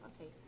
Okay